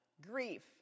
grief